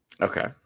Okay